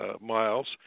miles